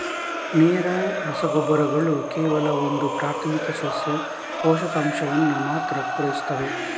ನೇರ ರಸಗೊಬ್ಬರಗಳು ಕೇವಲ ಒಂದು ಪ್ರಾಥಮಿಕ ಸಸ್ಯ ಪೋಷಕಾಂಶವನ್ನ ಮಾತ್ರ ಪೂರೈಸ್ತವೆ